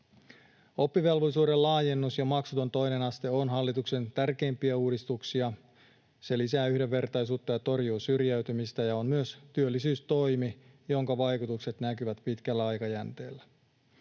Oppivelvollisuuden laajennus ja maksuton toinen aste on hallituksen tärkeimpiä uudistuksia. Se lisää yhdenvertaisuutta ja torjuu syrjäytymistä ja on myös työllisyystoimi, jonka vaikutukset näkyvät pitkällä aikajänteellä.